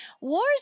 wars